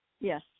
yes